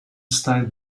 style